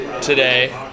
today